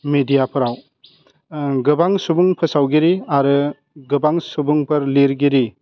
मेडियाफ्राव गोबां सुबुं फोसावगिरि आरो गोबां सुबुंफोर लिरगिरि